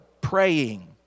praying